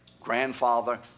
grandfather